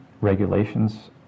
regulations